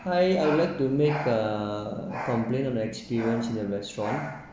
hi I would like to make a complaint on the experience in your restaurant